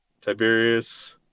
tiberius